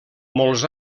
molts